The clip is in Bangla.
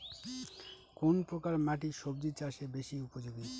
কোন প্রকার মাটি সবজি চাষে বেশি উপযোগী?